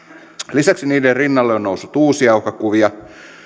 lisäksi niiden rinnalle on noussut uusia uhkakuvia